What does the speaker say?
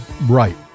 right